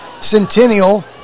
Centennial